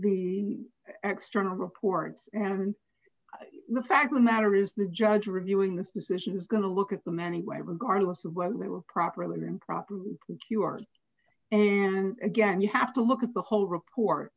the extra reports and of and the fact the matter is the judge reviewing this decision is going to look at them anyway regardless of whether they were properly or improperly if you are and again you have to look at the whole report